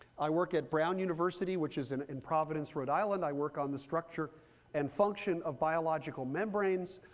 i work at brown university which is in in providence, rhode island. i work on the structure and function of biological membranes.